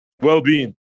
well-being